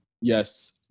Yes